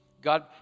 God